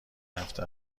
هفته